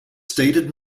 stated